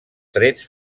trets